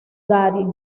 daddy